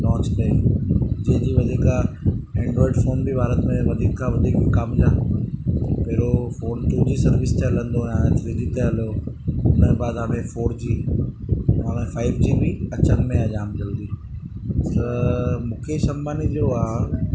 launch कईं जंहिंजी वजह खां ऐंड्रॉइड फोन बि भारत में वधीक खां वधीक विकामजनि पहिरियों फोन टू जी सर्विस ते हलंदो ऐं हाणे थ्री जी ते हलियो उनजे बादा में फोर जी हाणे फाइव जी बि अचनि में आहे जाम जल्दी त मुकेश अंबानी जो आहे